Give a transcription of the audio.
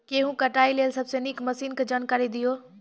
गेहूँ कटाई के लेल सबसे नीक मसीनऽक जानकारी दियो?